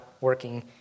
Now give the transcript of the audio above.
working